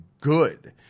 good